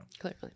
clearly